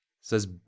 says